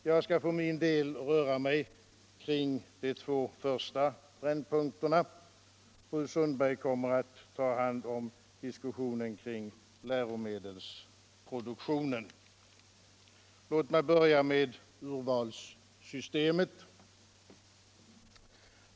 Jag skall för min del röra mig kring de två förstnämnda brännpunkterna —- fru Sundberg kommer att ta hand om diskussionen kring läromedelsproduktionen. Låt mig börja med urvalssystemet.